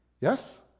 Yes